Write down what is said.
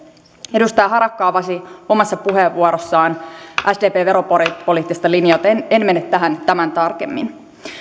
edustaja harakka avasi omassa puheenvuorossaan sdpn veropoliittista linjaa joten en mene tähän tämän tarkemmin